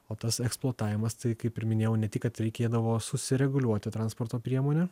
o tas eksploatavimas tai kaip ir minėjau ne tik kad reikėdavo susireguliuoti transporto priemonę